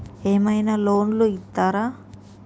ఏమైనా లోన్లు ఇత్తరా?